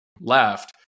left